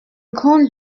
grand